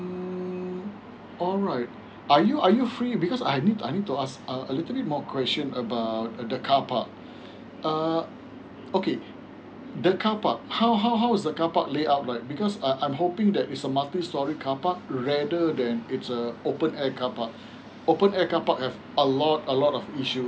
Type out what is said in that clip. mm alright are you are you free because I need to I need to ask a little bit more question about the car park um uh okay the car park how how how is the car park layout like because uh I'm hoping that is a multi storey carpark rather than it's a open air carpark open air carpark have a lot a lot of issue